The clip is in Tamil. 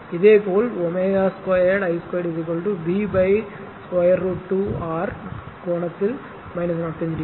இதேபோல் ω2 I 2 V √ 2 R கோணத்தில் 45 டிகிரி